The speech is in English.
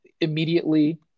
immediately